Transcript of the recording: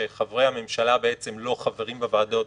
שחברי הממשלה לא חברים בוועדות,